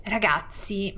Ragazzi